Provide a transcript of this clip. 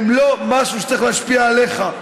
הן לא משהו שצריך להשפיע עליך.